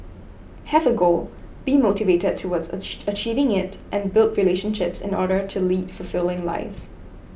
have a goal be motivated towards achieve achieving it and build relationships in order to lead fulfilling lives